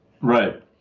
right